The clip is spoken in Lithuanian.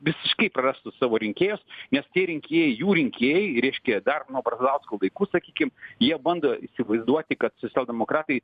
visiškai prarastų savo rinkėjus nes tie rinkėjai jų rinkėjai reiškia dar nuo brazausko laikų sakykim jie bando įsivaizduoti kad socialdemokratai